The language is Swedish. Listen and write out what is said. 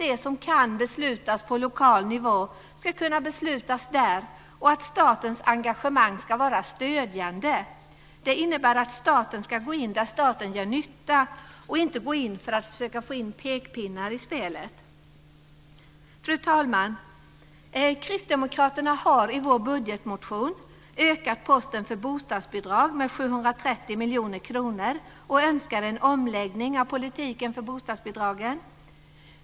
Det som kan beslutas på lokal nivå ska beslutas där, och statens engagemang ska vara stödjande. Det innebär att staten ska gå in där staten gör nytta och inte komma med pekpinnar. Fru talman! Vi i Kristdemokraterna har i vår budgetmotion ökat posten för bostadsbidrag med 730 miljoner kronor, och vi vill ha en omläggning av politiken vad gäller bostadsbidragen.